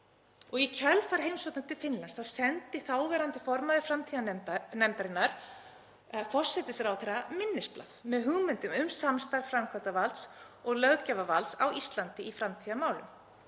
Í kjölfar heimsóknarinnar til Finnlands sendi þáverandi formaður framtíðarnefndar forsætisráðherra minnisblað með hugmyndum um samstarf framkvæmdarvalds og löggjafarvalds á Íslandi í framtíðarmálum.